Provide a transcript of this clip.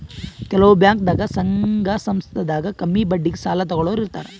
ಕೆಲವ್ ಬ್ಯಾಂಕ್ದಾಗ್ ಸಂಘ ಸಂಸ್ಥಾದಾಗ್ ಕಮ್ಮಿ ಬಡ್ಡಿಗ್ ಸಾಲ ತಗೋಳೋರ್ ಇರ್ತಾರ